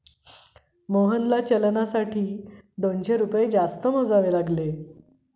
मोहनला चलनासाठी दोनशे रुपये जास्त मोजावे लागले